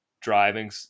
driving